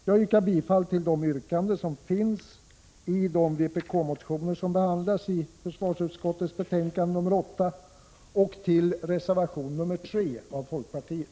Jag yrkar bifall till de yrkanden som finns i de vpk-motioner som behandlas i försvarsutskottets betänkande nr 8 och till reservation nr 3 av folkpartiet.